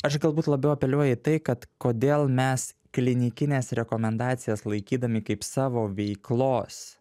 aš galbūt labiau apeliuoju į tai kad kodėl mes klinikines rekomendacijas laikydami kaip savo veiklos